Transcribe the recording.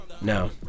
No